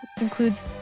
includes